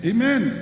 Amen